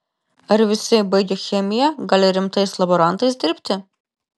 ar visi baigę chemiją gali rimtais laborantais dirbti